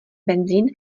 benzin